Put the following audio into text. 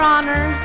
Honor